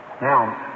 Now